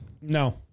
No